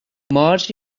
مارج